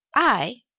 i,